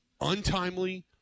untimely